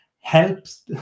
helps